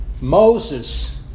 Moses